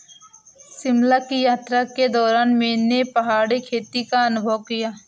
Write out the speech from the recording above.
शिमला की यात्रा के दौरान मैंने पहाड़ी खेती का अनुभव किया